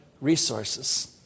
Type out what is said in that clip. resources